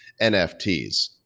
NFTs